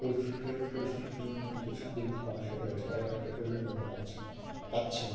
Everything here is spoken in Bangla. পরিস্থিতি পরিস্থিতি কিন্তু সা বিদ্ধ মানুষের হয়েচে তারা তাদের প্রয়োজন মেটাতে পাচ্ছেন না পাচ্ছেন